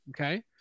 okay